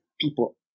people